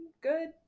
good